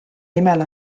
nimel